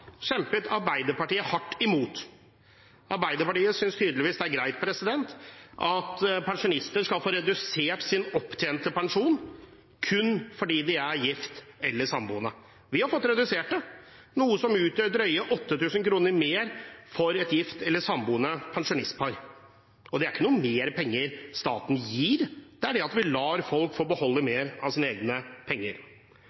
kjempet Arbeiderpartiet hardt imot. Arbeiderpartiet synes tydeligvis det er greit at pensjonister skal få redusert sin opptjente pensjon kun fordi de er gift eller samboende. Vi har fått redusert det, noe som utgjør drøye 8 000 kr mer for et gift eller samboende pensjonistpar. Det betyr ikke at staten gir mer penger, det betyr at vi lar folk få beholde